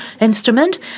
instrument